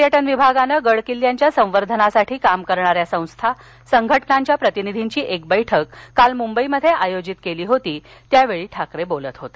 पर्यटन विभागाने गड किल्ल्यांच्या संवर्धनासाठी काम करणाऱ्या संस्था संघटनांच्या प्रतिनिधींची एक बैठक काल मुंबईत आयोजित केली होती त्यावेळी ठाकरे बोलत होते